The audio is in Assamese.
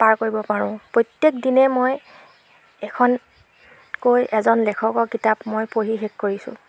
পাৰ কৰিব পাৰোঁ প্ৰত্যেক দিনে মই এখনকৈ এজন লেখকৰ কিতাপ মই পঢ়ি শেষ কৰিছোঁ